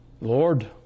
Lord